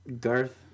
Garth